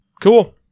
cool